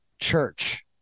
church